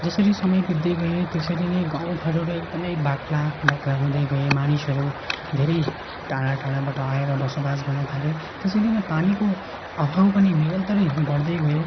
जसरी समय बित्दै गयो त्यसरी नै गाउँघरहरू एकदमै बाक्ला बाक्ला हुँदै गए मानिसहरू धेरै टाढा टाढाबाट आएर बसोबास गर्न थाले त्यसरी नै पानीको अभाव पनि निरन्तरै बढ्दै गयो